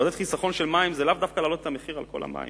לעודד חיסכון של מים זה לאו דווקא להעלות את המחיר על כל המים.